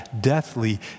deathly